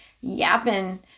yapping